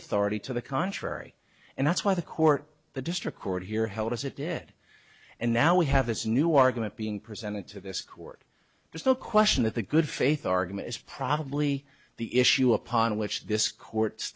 authority to the contrary and that's why the court the district court here held as it did and now we have this new argument being presented to this court there's no question that the good faith argument is probably the issue upon which this court's